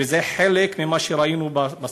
וזה חלק ממה שראינו בסרט,